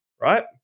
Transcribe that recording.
right